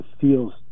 feels